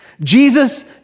Jesus